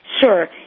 Sure